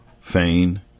fain